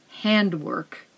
handwork